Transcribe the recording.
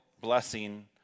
blessing